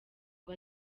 ngo